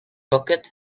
bucket